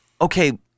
okay